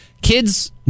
Kids